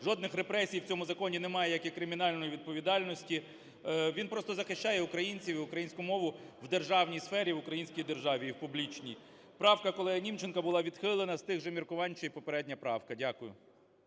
жодних репресій в цьому законі немає, як і кримінальної відповідальності. Він просто захищає українців і українську мову в державній сфері в українській державі і в публічній. Правка колеги Німченка була відхилена з тих же міркувань, що і попередня правка. Дякую.